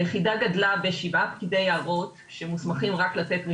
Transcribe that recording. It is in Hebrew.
היחידה גדלה בשבעה פקידי יערות שמוסמכים רק לתת רישיונות,